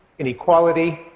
inequality,